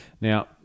Now